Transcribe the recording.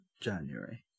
january